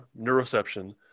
neuroception